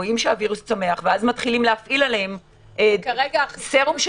רואים שהווירוס צומח ואז מתחילים להפעיל עליהם סרום של